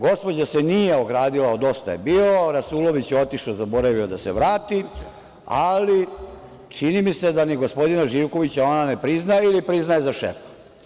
Gospođa se nije ogradila od Dosta je bilo, rasulović je otišao i zaboravio da se vrati, ali čini mi se da ni gospodina Živkovića ona ne prizna ili priznaje za šefa.